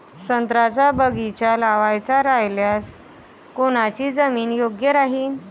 संत्र्याचा बगीचा लावायचा रायल्यास कोनची जमीन योग्य राहीन?